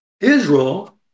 Israel